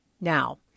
Now